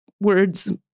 words